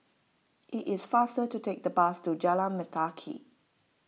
it is faster to take the bus to Jalan Mendaki